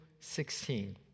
16